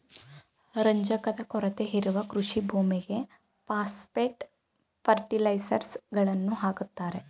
ರಂಜಕದ ಕೊರತೆ ಇರುವ ಕೃಷಿ ಭೂಮಿಗೆ ಪಾಸ್ಪೆಟ್ ಫರ್ಟಿಲೈಸರ್ಸ್ ಗಳನ್ನು ಹಾಕುತ್ತಾರೆ